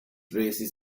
raises